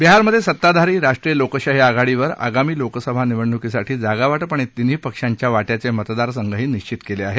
बिहारमध्ये सताधारी राष्ट्रीय लोकशाही आघाडीवर आगामी लोकसभा निवडणूकीसाठी जागावाटप आणि तिन्ही पक्षांच्या वाट्याचे मतदारसंघही निश्चित केले आहेत